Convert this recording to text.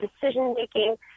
decision-making